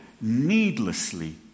needlessly